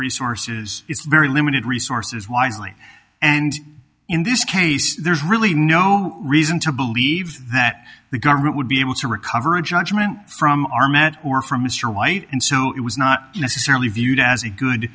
resources it's very limited resources wisely and in this case there's really no reason to believe that the government would be able to recover a judgment from our met or from mr white and so it was not necessarily viewed as a good